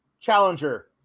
challenger